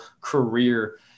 career